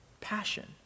passion